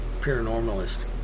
paranormalist